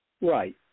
Right